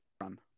run